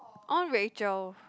I want Rachel